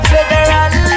Federal